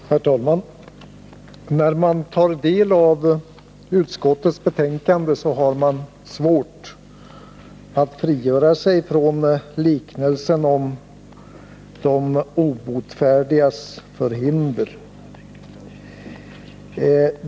Herr talman! När man tar del av utskottets betänkande har man svårt att frigöra sig från liknelsen om de obotfärdigas förhinder.